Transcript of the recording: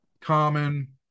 Common